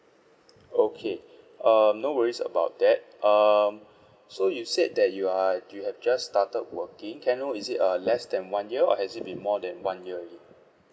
okay um no worries about that um so you said that you are you have just started working can I know is it uh less than one year or has it been more than one year already